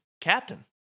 Captain